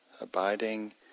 abiding